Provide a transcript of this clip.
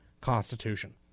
constitution